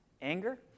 Anger